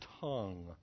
tongue